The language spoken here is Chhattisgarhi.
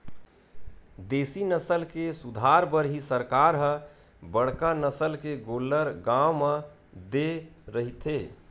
देसी नसल के सुधार बर ही सरकार ह बड़का नसल के गोल्लर गाँव म दे रहिथे